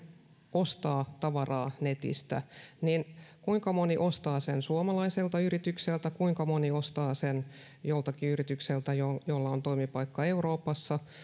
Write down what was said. ostaa tavaraa netistä ostaa sen suomalaiselta yritykseltä kuinka moni ostaa sen joltakin yritykseltä jolla jolla on toimipaikka euroopassa